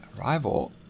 Arrival